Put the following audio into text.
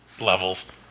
levels